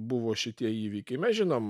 buvo šitie įvykiai mes žinom